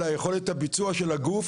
אלא יכולת הביצוע של הגוף